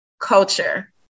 culture